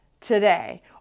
today